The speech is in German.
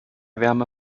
wärme